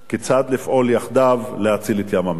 כיצד לפעול יחדיו כדי להציל את ים-המלח.